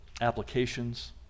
applications